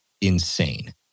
insane